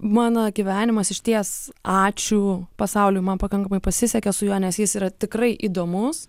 mano gyvenimas išties ačiū pasauliui man pakankamai pasisekė su juo nes jis yra tikrai įdomus